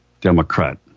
Democrat